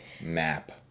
map